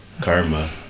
karma